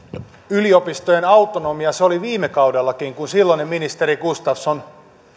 yliopistojen autonomia se oli viime kaudellakin kun silloinen ministeri gustafsson